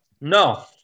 No